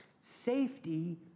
Safety